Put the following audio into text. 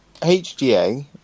HGA